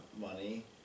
money